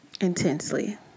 Intensely